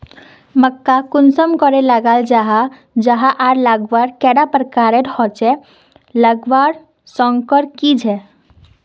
मक्का कुंसम करे लगा जाहा जाहा आर लगवार कैडा प्रकारेर होचे लगवार संगकर की झे?